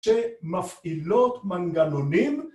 שמפעילות מנגנונים